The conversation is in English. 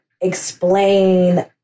explain